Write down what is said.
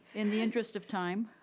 in the interest of time,